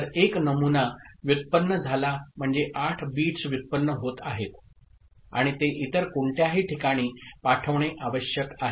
तर एक नमुना व्युत्पन्न झाला म्हणजे 8 बिट्स व्युत्पन्न होत आहेत आणि ते इतर कोणत्याही ठिकाणी पाठविणे आवश्यक आहे